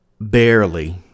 barely